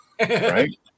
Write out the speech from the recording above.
Right